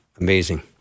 amazing